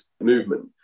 movement